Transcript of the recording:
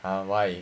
!huh! why